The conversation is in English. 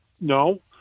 no